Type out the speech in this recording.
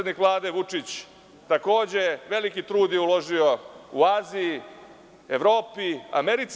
Vlade Vučić, takođe, veliki trud je uložio u Aziji, Evropi, Americi.